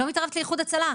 לא מתערבת לאיחוד הצלה.